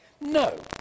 No